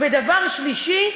ודבר שלישי,